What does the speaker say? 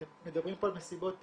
אתם מדברים פה על מסיבות טבע,